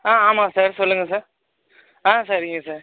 ஆ ஆமாம் சார் சொல்லுங்க சார் ஆ சரிங்க சார்